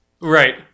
Right